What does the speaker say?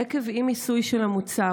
עקב אי-מיסוי של המוצר,